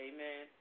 Amen